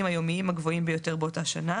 היומיים הגבוהים ביותר באותה שנה"